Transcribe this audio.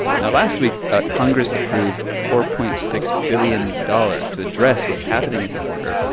now, last week congress approved four point six billion dollars to address what's happening at the border,